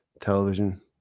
television